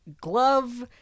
glove